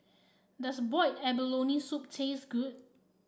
does Boiled Abalone Soup taste good